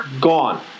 gone